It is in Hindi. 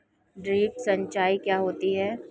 ड्रिप सिंचाई क्या होती हैं?